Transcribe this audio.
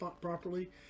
properly